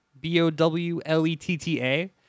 B-O-W-L-E-T-T-A